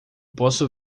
posso